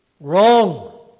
Wrong